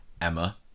Emma